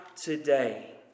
today